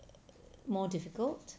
more difficult